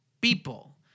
people